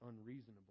unreasonable